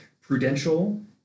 prudential